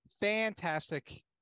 fantastic